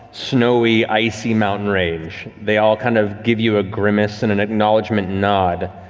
snowy, icy mountain range. they all kind of give you a grimace and an acknowledgement nod,